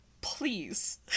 Please